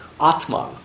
Atman